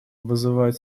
вызывает